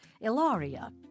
Ilaria